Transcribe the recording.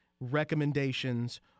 recommendations